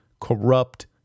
corrupt